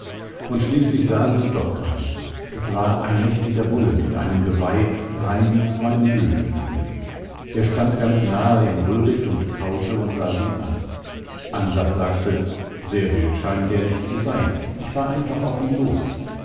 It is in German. und schließlich sahen sie doch einen es war ein mächtiger bulle mit einem geweih rein wie zwei mühlenflügel der stand ganz nahe im röhricht und kaute und sah sie an ansas sagte sehr wild scheint der nicht zu sein ich fahr einfach auf ihn los